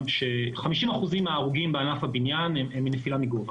ש-50% מההרוגים בענף הבניין הם מנפילה מגובה.